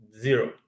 zero